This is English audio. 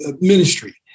ministry